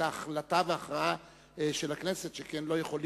סדר-היום שלנו.